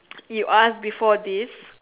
you ask before this